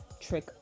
trick